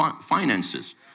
finances